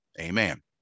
amen